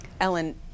Ellen